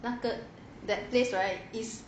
那个 that place right is